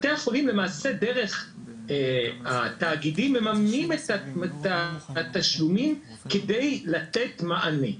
בתי החולים למעשה דרך התאגידים מממנים את התשלומים כדי לתת מענה.